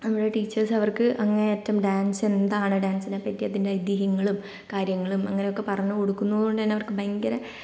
നമ്മുടെ ടീച്ചേഴ്സ് അവർക്ക് അങ്ങേയറ്റം ഡാൻസ് എന്താണ് ഡാൻസിനെപ്പറ്റി അതിൻ്റെ ഐതിഹ്യങ്ങളും കാര്യങ്ങളും അങ്ങനെയൊക്കെ പറഞ്ഞു കൊടുക്കുന്നതുകൊണ്ടുതന്നെ അവർക്ക് ഭയങ്കര